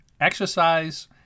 exercise